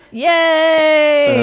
yeah.